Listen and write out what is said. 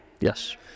Yes